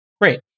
Great